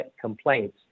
complaints